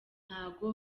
ntago